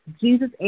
Jesus